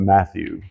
Matthew